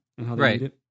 Right